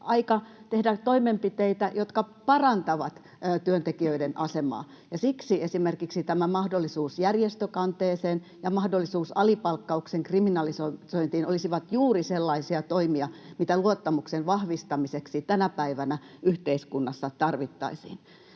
aika tehdä myös toimenpiteitä, jotka parantavat työntekijöiden asemaa? Siksi esimerkiksi tämä mahdollisuus järjestökanteeseen ja mahdollisuus alipalkkauksen kriminalisointiin olisivat juuri sellaisia toimia, mitä luottamuksen vahvistamiseksi tänä päivänä yhteiskunnassa tarvittaisiin.